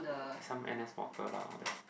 some N_S portal lah there's